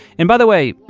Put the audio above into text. and by the way,